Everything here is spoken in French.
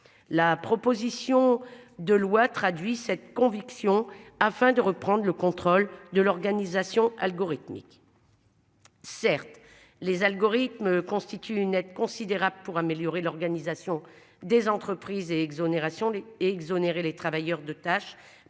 La proposition de loi traduit cette conviction afin de reprendre le contrôle de l'organisation algorithmique. Certes les algorithmes constitue une aide considérable pour améliorer l'organisation des entreprises et exonérations les exonérer les travailleurs de tâches